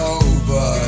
over